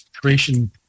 creation